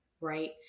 right